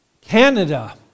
Canada